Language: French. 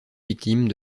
victimes